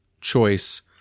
choice